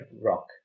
rock